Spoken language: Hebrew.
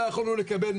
לא יכולנו לקבל,